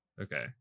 Okay